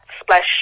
splash